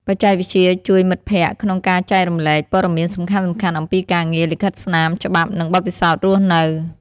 បច្ចេកវិទ្យាជួយមិត្តភ័ក្តិក្នុងការចែករំលែកព័ត៌មានសំខាន់ៗអំពីការងារ លិខិតស្នាម ច្បាប់ និងបទពិសោធន៍រស់នៅ ។